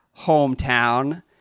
hometown